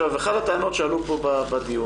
אחת הטענות שעלו פה בדיון,